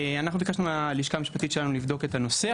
אנחנו ביקשנו מהלשכה המשפטית שלנו לבדוק את הנושא.